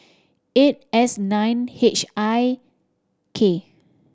eight S nine H I K